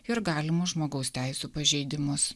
ir galimus žmogaus teisių pažeidimus